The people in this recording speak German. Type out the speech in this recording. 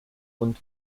und